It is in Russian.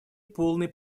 полной